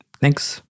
Thanks